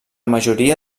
majoria